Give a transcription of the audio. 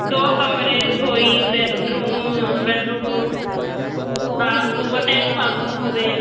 ਦੋ ਕਮਰੇ ਰਸੋਈ bedroom bedroom bathroom attach bathroom ਹੋਵੇ